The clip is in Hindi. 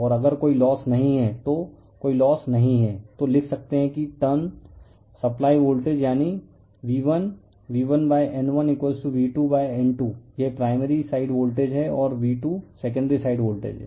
और अगर कोई लोस नहीं है तो कोई लोस नहीं है तो लिख सकते हैं कि टर्न सप्लाई वोल्टेज यानी V1V1N1V2N2 यह प्राइमरी साइड वोल्टेज है और V2 सेकेंडरी साइड वोल्टेज है